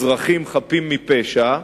אזרחים חפים מפשע,